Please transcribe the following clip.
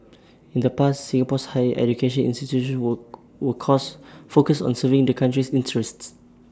in the past Singapore's higher education institutions were would cause focused on serving the country's interests